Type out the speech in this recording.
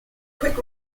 quick